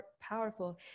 powerful